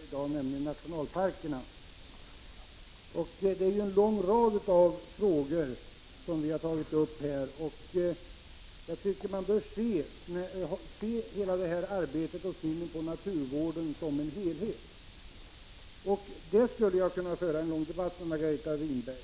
Fru talman! Margareta Winberg tog upp en av de punkter vi diskuterat i dag nämligen nationalparkerna. Vi har tagit upp en lång rad frågor här, och jag tycker man bör se arbetet inom naturvården som en helhet. På den punkten skulle jag kunna föra en lång debatt med Margareta Winberg.